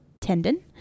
tendon